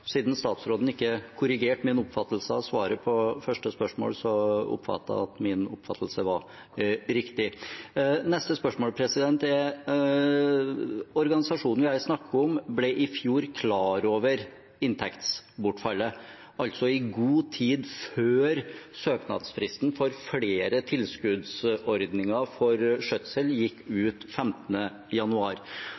Siden statsråden ikke korrigerte min oppfattelse av svaret på første spørsmål, oppfatter jeg at min oppfattelse var riktig. Organisasjonen vi her snakker om, ble i fjor klar over inntektsbortfallet i god tid før søknadsfristen for flere tilskuddsordninger for skjøtsel gikk